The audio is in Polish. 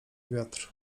wiatr